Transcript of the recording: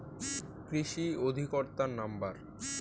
কৃষি অধিকর্তার নাম্বার?